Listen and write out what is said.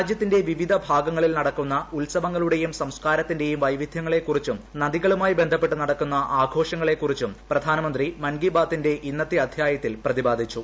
രാജൃത്തിന്റെ വിവിധ ഭാഗങ്ങളിൽ നടക്കൂന്നു ഉത്സവങ്ങളുടെയും സംസ്കാരത്തിന്റെയും വൈവിധ്യങ്ങള്ള്ക്കുറിച്ചും നദികളുമായി ബന്ധപ്പെട്ട് നടക്കുന്ന ആഘോഷ്ടങ്ങളെക്കുറിച്ചും പ്രധാനമന്ത്രി മൻകി ബാത്തിന്റെ ഇന്നത്തെ അധ്യായ്ടത്തിൽ പ്രതിപാദിച്ചു